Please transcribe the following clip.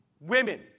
women